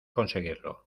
conseguirlo